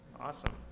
Awesome